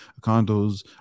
condos